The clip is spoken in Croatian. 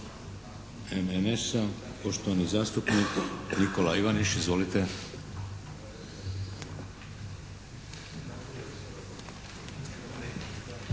MDS-a, poštovani zastupnik Nikola Ivaniš. Izvolite.